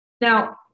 Now